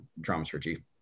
dramaturgy